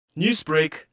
Newsbreak